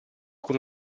con